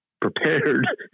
prepared